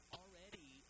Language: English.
already